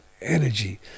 energy